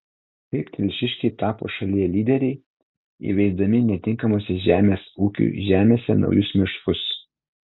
kaip telšiškiai tapo šalyje lyderiai įveisdami netinkamose žemės ūkiui žemėse naujus miškus